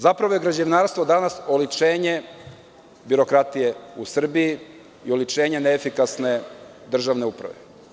Zapravo je građevinarstvo danas oličenje birokratije u Srbiji i oličenje neefikasne državne uprave.